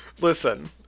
listen